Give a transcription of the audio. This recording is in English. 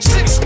Six